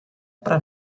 però